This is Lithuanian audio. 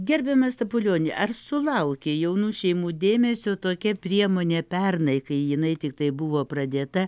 gerbiamas stapulion ar sulaukė jaunų šeimų dėmesio tokia priemonė pernai kai jinai tiktai buvo pradėta